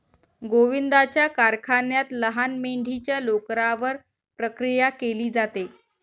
गोविंदाच्या कारखान्यात लहान मेंढीच्या लोकरावर प्रक्रिया केली जाते